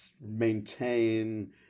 maintain